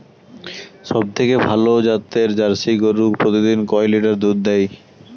সবথেকে ভালো জাতের জার্সি গরু প্রতিদিন কয় লিটার করে দুধ দেয়?